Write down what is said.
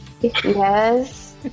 Yes